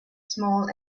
small